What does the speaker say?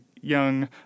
young